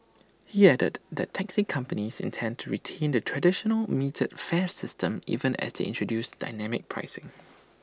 he added that taxi companies intend to retain the traditional metered fare system even as they introduce dynamic pricing